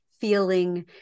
feeling